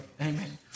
Amen